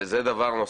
זה דבר אחד.